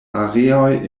areoj